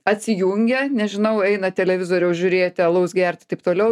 atsijungia nežinau eina televizoriaus žiūrėti alaus gerti taip toliau